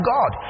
God